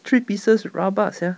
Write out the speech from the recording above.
three pieces rabak sia